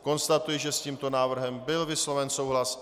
Konstatuji, že s tímto návrhem byl vysloven souhlas.